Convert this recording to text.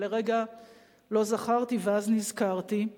ולרגע לא זכרתי ואז נזכרתי.